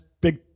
big